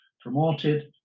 promoted